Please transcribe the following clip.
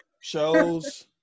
Shows